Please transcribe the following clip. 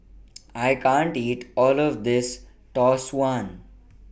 I can't eat All of This Tau Suan